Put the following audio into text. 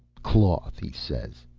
cloth, he says!